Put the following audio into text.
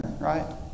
right